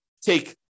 take